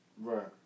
Right